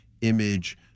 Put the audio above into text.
image